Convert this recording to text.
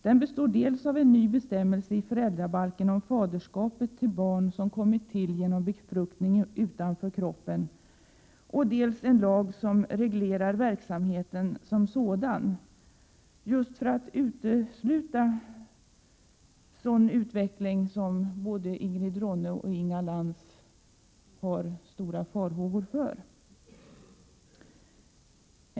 Den består dels av en ny bestämmelse i föräldrabalken om faderskapet till barn som kommit till genom befruktning utanför kroppen, dels av en lag som reglerar verksamheten som sådan just för att utesluta den utveckling som både Ingrid Ronne-Björkqvist och Inga Lantz hyser stora farhågor för.